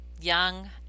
young